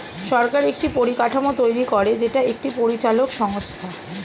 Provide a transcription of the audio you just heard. সরকার একটি পরিকাঠামো তৈরী করে যেটা একটি পরিচালক সংস্থা